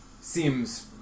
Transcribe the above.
seems